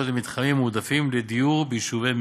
למתחמים מועדפים לדיור ביישובי מיעוטים,